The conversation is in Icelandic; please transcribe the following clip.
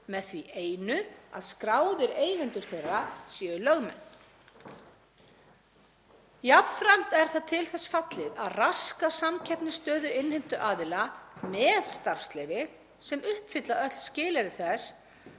með því einu að skráðir eigendur þeirra séu lögmenn. Jafnframt er það til þess fallið að raska samkeppnisstöðu innheimtuaðila með starfsleyfi sem uppfylla öll skilyrði þess